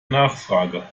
nachfrage